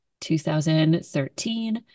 2013